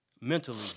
mentally